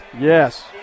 Yes